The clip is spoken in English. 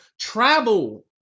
travel